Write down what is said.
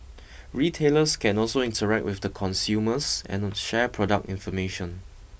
retailers can also interact with the consumers and them share product information